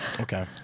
Okay